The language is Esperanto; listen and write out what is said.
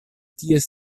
ties